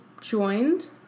joined